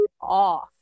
off